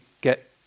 get